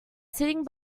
sitting